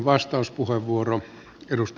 arvoisa puhemies